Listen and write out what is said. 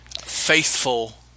faithful